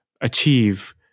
achieve